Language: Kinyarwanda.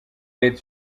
leta